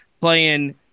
playing